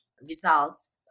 results